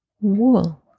wool